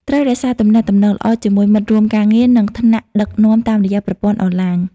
ត្រូវ រក្សាទំនាក់ទំនងល្អជាមួយមិត្តរួមការងារ និងថ្នាក់ដឹកនាំតាមរយៈប្រព័ន្ធអនឡាញ។